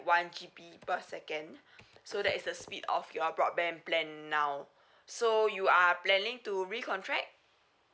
one G_B per second so that is the speed of your broadband plan now so you are planning to recontract